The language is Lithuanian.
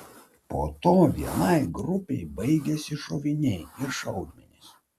po to vienai grupei baigėsi šoviniai ir šaudmenys